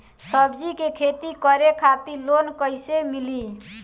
सब्जी के खेती करे खातिर लोन कइसे मिली?